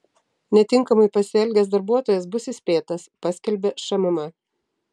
netinkamai pasielgęs darbuotojas bus įspėtas paskelbė šmm